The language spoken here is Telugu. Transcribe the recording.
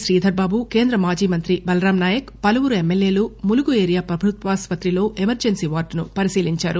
శ్రీధర్ బాబు కేంద్ర మాజీ మంత్రి బలరాం నాయక్ పలువురు ఎమ్మెల్యేలు ములుగు ఏరియా ప్రభుత్వాసుపత్రిలో ఎమర్టెన్సీ వార్డును పరిశీలించారు